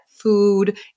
food